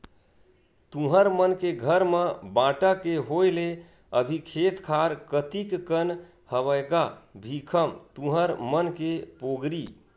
तुँहर मन के घर म बांटा के होय ले अभी खेत खार कतिक कन हवय गा भीखम तुँहर मन के पोगरी?